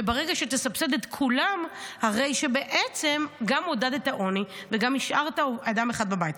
וברגע שתסבסד את כולם הרי שבעצם גם עודדת עוני וגם השארת אדם אחד בבית.